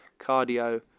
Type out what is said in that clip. cardio